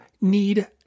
need